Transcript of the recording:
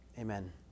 Amen